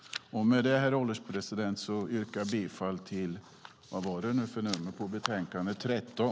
Herr ålderspresident! Med detta yrkar jag bifall till förslaget i betänkande 13.